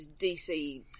DC